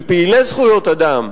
של פעילי זכויות אדם,